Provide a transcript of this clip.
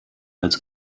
als